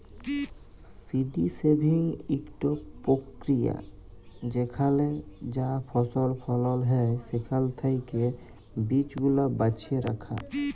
seed saving ইকট পক্রিয়া যেখালে যা ফসল ফলল হ্যয় সেখাল থ্যাকে বীজগুলা বাছে রাখা